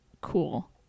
cool